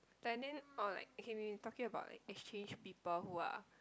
but then or like okay we talking about like exchange people who are